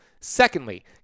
Secondly